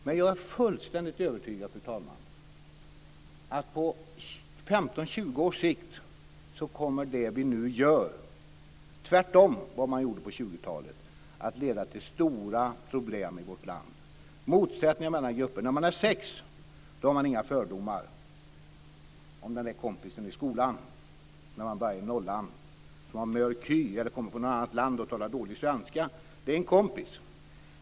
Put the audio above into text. Men jag är fullständigt övertygad, fru talman, om att på 15-20 års sikt kommer det vi nu gör - tvärtemot vad man gjorde på 20-talet - att leda till stora problem i vårt land och motsättningar mellan grupper. När man är sex år och börjar nollan har man inga fördomar mot den där kompisen i skolan som har mörk hy, kommer från ett annat land eller talar dålig svenska. Det är en kompis.